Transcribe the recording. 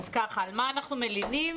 על מה אנחנו מלינים?